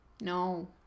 No